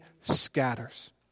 scatters